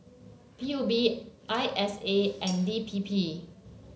P U B I S A and D P P